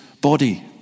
body